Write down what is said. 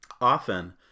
often